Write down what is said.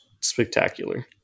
Spectacular